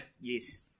Yes